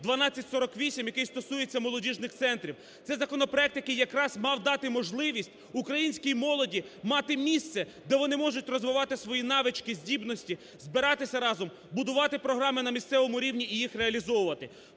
1248, який стосується молодіжних центрів. Це законопроект, який якраз мав дати можливість українській молоді мати місце, де вони можуть розвивати свої навички, здібності, збиратися разом, будувати програми на місцевому рівні і їх реалізовувати.